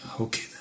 Okay